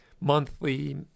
monthly